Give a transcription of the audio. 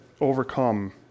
overcome